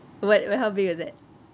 what what how big like that